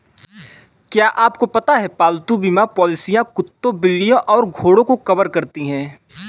क्या आपको पता है पालतू बीमा पॉलिसियां कुत्तों, बिल्लियों और घोड़ों को कवर करती हैं?